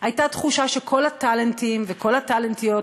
הייתה תחושה שכל הטלנטים וכל הטלנטיות,